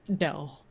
No